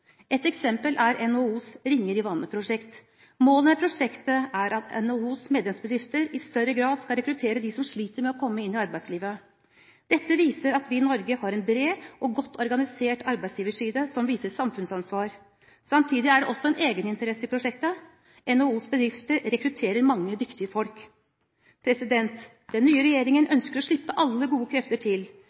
prosjektet er at NHOs medlemsbedrifter i større grad skal rekruttere dem som sliter med å komme inn i arbeidslivet. Dette viser at vi i Norge har en bred og godt organisert arbeidsgiverside som viser samfunnsansvar. Samtidig er det også en egeninteresse i prosjektet; NHOs bedrifter rekrutterer mange dyktige folk. Den nye regjeringen ønsker å slippe alle gode krefter til.